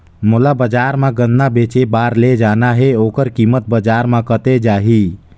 मोला बजार मां गन्ना बेचे बार ले जाना हे ओकर कीमत बजार मां कतेक जाही?